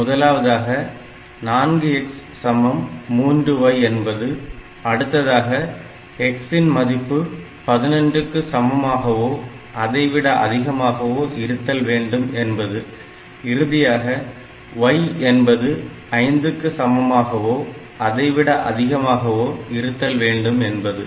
முதலாவதாக 4x சமம் 3y என்பது அடுத்ததாக x இன் மதிப்பு 11 க்கு சமமாகவோ அதைவிட அதிகமாகவோ இருத்தல் வேண்டும் என்பது இறுதியாக y என்பது 5 க்கு சமமாகவோ அதைவிட அதிகமாகவோ இருத்தல் வேண்டும் என்பது